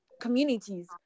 communities